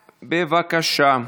בבקשה.